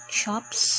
shops